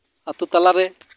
ᱟᱛᱳ ᱛᱟᱞᱟ ᱨᱮ